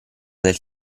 del